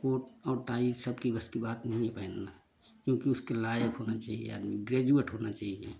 coat और tie सबके बस की बात नहीं है पहनना क्योंकि उसके लायक होना चाहिए आदमी ग्रेजुएट होना चाहिए